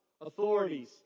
authorities